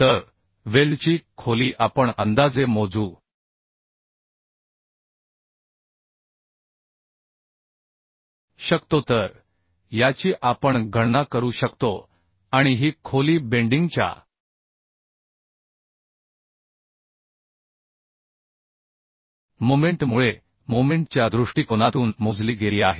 तर वेल्डची खोली आपण अंदाजे मोजू शकतो तर याची आपण गणना करू शकतो आणि ही खोली बेंडिंग च्या मोमेंट मुळे मोमेंट च्या दृष्टिकोनातून मोजली गेली आहे